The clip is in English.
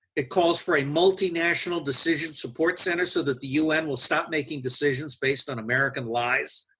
it calls for a multi-national decision support center so that the u n. will stop making decisions based on american lies.